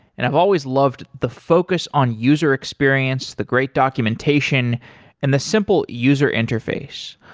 and i've always loved the focus on user experience, the great documentation and the simple user interface.